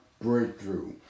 breakthrough